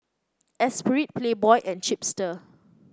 Espirit Playboy and Chipster